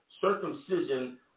Circumcision